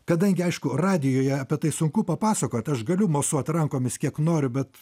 kadangi aišku radijuje apie tai sunku papasakot aš galiu mosuot rankomis kiek noriu bet